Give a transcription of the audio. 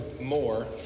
more